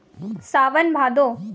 सावन भादो